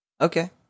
Okay